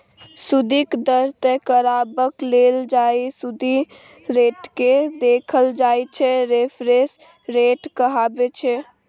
सुदिक दर तय करबाक लेल जाहि सुदि रेटकेँ देखल जाइ छै रेफरेंस रेट कहाबै छै